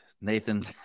Nathan